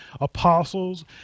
apostles